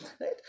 right